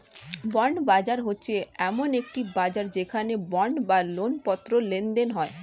bond বাজার হচ্ছে এমন একটি বাজার যেখানে বন্ড বা ঋণপত্র লেনদেন হয়